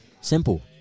Simple